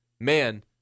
man –